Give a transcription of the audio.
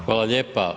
Hvala lijepa.